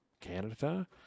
Canada